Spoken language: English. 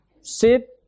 sit